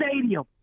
Stadium